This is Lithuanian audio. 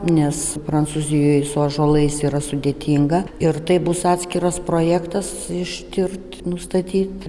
nes prancūzijoj su ąžuolais yra sudėtinga ir tai bus atskiras projektas ištirt nustatyt